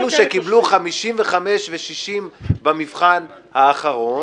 ובטח שאלו שקיבלו 55 ו-60 במבחן האחרון,